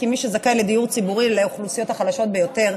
כי מי שזכאי לדיור ציבורי אלה האוכלוסיות החלשות ביותר.